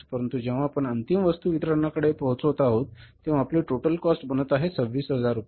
परंतु जेव्हा आपण अंतिम वस्तू वितरकाकडे पोहचवत आहोत तेव्हा आपली टोटल कॉस्ट बनत आहे 26000 रुपये